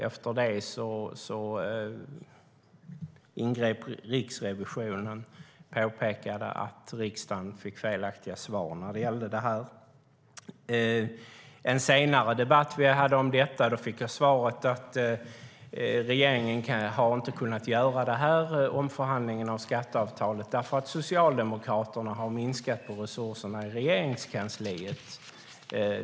Efter det ingrep Riksrevisionen och påpekade att riksdagen fick felaktiga svar om detta. I en senare debatt vi hade om detta fick jag svaret: Regeringen har inte kunnat göra omförhandlingen av skatteavtalet därför att Socialdemokraterna har minskat på resurserna i Regeringskansliet.